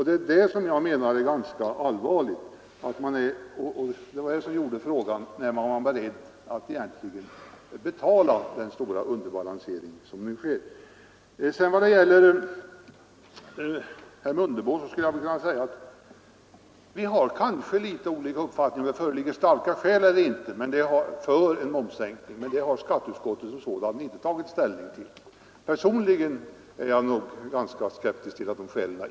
Det är det som jag menar är ganska allvarligt, och det är därför jag har ställt frågan om när man egentligen är beredd att betala den stora underbalansering som nu sker. Till herr Mundebo vill jag säga att vi kanske har litet olika uppfattningar om huruvida det föreligger starka skäl eller inte för en momssänkning, men det har skatteutskottet som sådant inte tagit ställning till. Personligen är jag ganska skeptisk till de skälen.